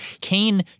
Kane